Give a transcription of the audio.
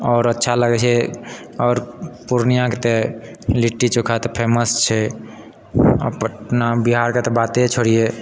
आओर अच्छा लगैत छै आओर पूर्णियाँके तऽ लिट्टी चोखा तऽ फेमस छै आ पटना बिहारके तऽ बाते छोड़ियै